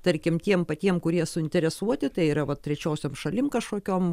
tarkim tiem patiem kurie suinteresuoti tai yra trečiosiom šalim kažkokiom